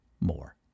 more